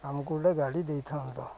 ଆମକୁ ଗୋଟେ ଗାଡ଼ି ଦେଇଥାନ୍ତ